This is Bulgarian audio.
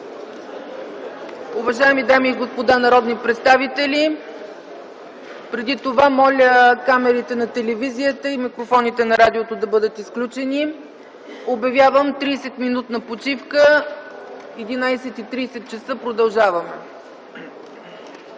Уважаеми дами и господа народни представители, преди това моля камерите на телевизията и микрофоните на радиото да бъдат изключени. Обявявам 30-минутна почивка. В 11,30 ч. продължаваме.